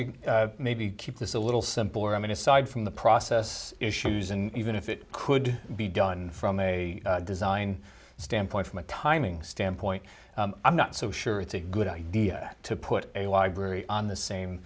to maybe keep this a little simpler i mean aside from the process issues and even if it could be done from a design standpoint from a timing standpoint i'm not so sure it's a good idea to put a library on the same